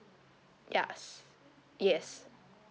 yes yes